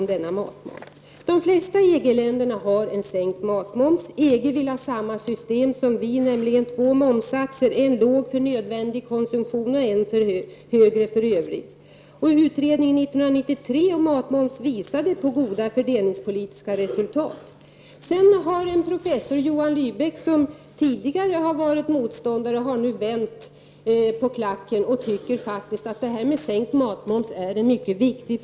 1989/90:140 De flesta EG-länder har sänkt matmomsen. EG vill ha samma system som 13 juni 1990 vi har, nämligen två momssatser — en lägre för nödvändig konsumtion och en högre för övrig konsumtion. Utredningen om matmoms visade på goda fördelningspolitiska resultat. Professor Johan Lybeck, som tidigare har varit motståndare, har nu vänt på klacken och tycker att frågan om en sänkt matmoms är mycket viktig.